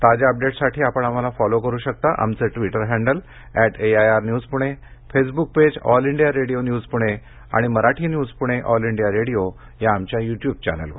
ताज्या अपडेट्ससाठी आपण आम्हाला फॉलो करु शकता आमचं Twitter handle at AIR news Pune Facebook page all India radio news Pune आणि Marathi news Pune all India radio या आमच्या युट्युब चॅनेलवर